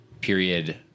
period